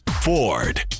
Ford